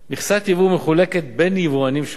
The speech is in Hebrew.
מכסת יבוא מחולקת בין יבואנים שונים